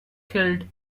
killed